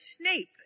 snape